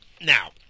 Now